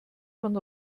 von